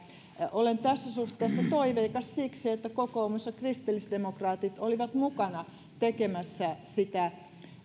olen tässä suhteessa toiveikas siksi että kokoomus ja kristillisdemokraatit olivat mukana tekemässä sitä